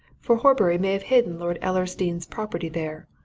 for horbury may have hidden lord ellersdeane's property there.